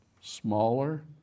smaller